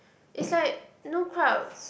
is like no crowds